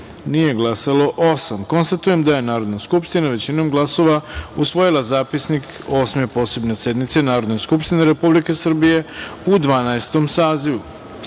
nije glasalo – osam. Konstatujem da je Narodna skupština većinom glasova usvojila Zapisnik Osme posebne sednice Narodne skupštine Republike Srbije u Dvanaestom